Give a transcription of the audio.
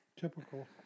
Typical